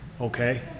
okay